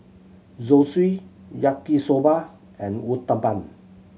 Zosui Yaki Soba and Uthapam